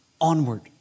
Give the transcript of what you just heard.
onward